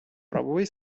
правовий